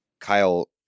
Kyle